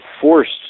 forced